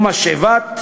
או משאבת